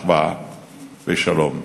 אחווה ושלום.